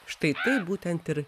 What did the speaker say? štai taip būtent ir